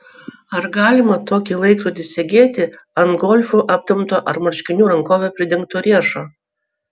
ar galima tokį laikrodį segėti ant golfu aptemto ar marškinių rankove pridengto riešo